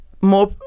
more